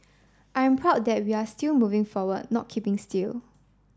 I'm proud that we are still moving forward not keeping still